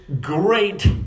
great